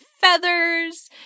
feathers